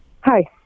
Hi